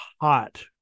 hot